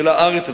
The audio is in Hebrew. של הארץ הזאת,